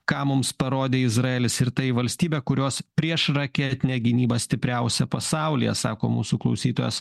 ką mums parodė izraelis ir tai valstybė kurios priešraketinė gynyba stipriausia pasaulyje sako mūsų klausytojas